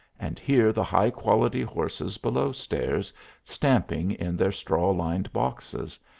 and hear the high-quality horses below-stairs stamping in their straw-lined boxes,